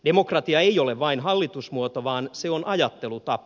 demokratia ei ole vain hallitusmuoto vaan se on ajattelutapa